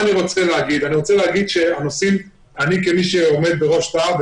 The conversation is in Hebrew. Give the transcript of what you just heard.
אני רוצה להגיד שאני כמי שעומד בראש לה"ב,